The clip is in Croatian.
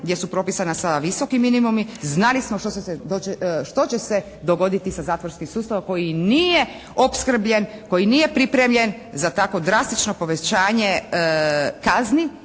gdje su propisana sa visoki minimumi, znali smo što će se dogoditi sa zatvorskim sustavom koji nije opskrbljen, koji nije pripremljen za tako drastično povećanje kazni.